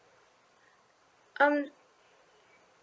um